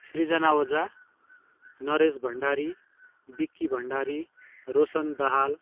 Srijana Ojha Naresh Bhandari Vicky Bhandari Roshan Dahal